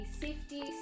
safety